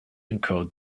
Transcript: encode